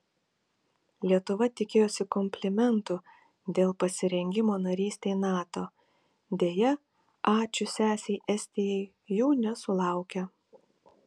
lietuva tikėjosi komplimentų dėl pasirengimo narystei nato deja ačiū sesei estijai jų nesulaukė